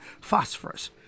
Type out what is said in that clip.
phosphorus